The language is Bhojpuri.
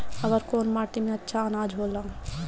अवर कौन माटी मे अच्छा आनाज होला?